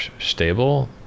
stable